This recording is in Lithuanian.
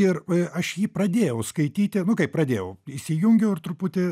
ir aš jį pradėjau skaityti nu kai pradėjau įsijungiau ir truputį